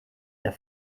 der